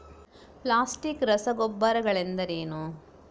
Plastic ರಸಗೊಬ್ಬರಗಳೆಂದರೇನು?